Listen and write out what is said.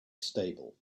stable